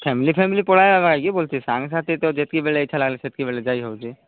family family ପଳାଇବା କି ବୋଲୁଛେ ସାଙ୍ଗସାଥି ତ ଯେତିକି ବେଳେ ଇଚ୍ଛା ନ ସେତିକି ବେଳେ ଯାଇ ହେଉଛି